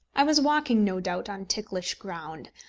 i was walking no doubt on ticklish ground,